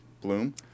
bloom